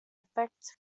effect